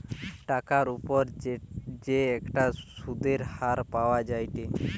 টাকার উপর যে একটা সুধের হার পাওয়া যায়েটে